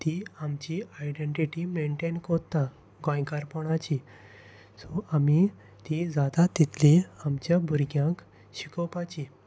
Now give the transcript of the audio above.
ती आमची identity maintain करता गोंयकारपणाची सो आमी ती जाता तितली आमच्या भुरग्यांक शिकोवपाची